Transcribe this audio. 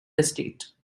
estate